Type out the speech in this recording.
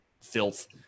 filth